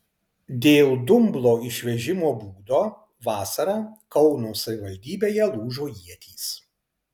dėl dumblo išvežimo būdo vasarą kauno savivaldybėje lūžo ietys